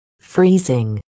Freezing